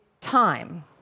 time